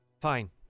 Fine